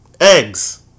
eggs